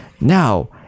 Now